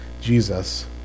Jesus